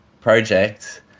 project